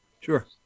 Sure